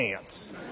chance